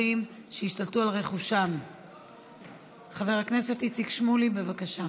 נבקש להוסיף את חבר הכנסת יוסי יונה, הצביע בעד.